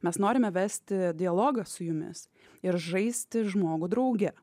mes norime vesti dialogą su jumis ir žaisti žmogų drauge